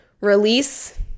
release